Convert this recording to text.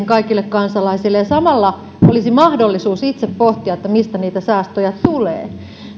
kaikille kansalaisille ja samalla olisi mahdollisuus itse pohtia mistä niitä säästöjä tulee